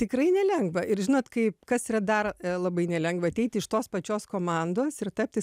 tikrai nelengva ir žinot kai kas yra dar labai nelengva ateiti iš tos pačios komandos ir tapti